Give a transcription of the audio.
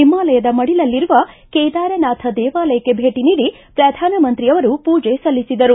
ಹಿಮಾಲಯದ ಮಡಿಲಲ್ಲಿರುವ ಕೇದಾರನಾಥ ದೇವಾಲಯಕ್ಷೆ ಭೇಟಿ ನೀಡಿ ಪ್ರಧಾನಮಂತ್ರಿಯವರು ಪೂಜೆ ಸಲ್ಲಿಸಿದರು